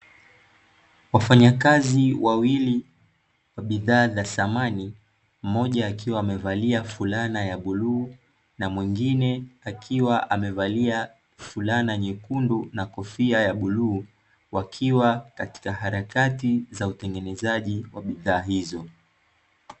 Wafanyakazi wawili wa bidhaa za samani, mmoja akiwa amevalia fulana ya bluu na mwingine akiwa amevalia fulana nyekundu na kofia ya bluu, wakiwa katika harakati za utengenezaji wa bidhaa hizo.